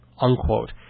unquote